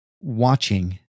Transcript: watching